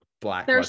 black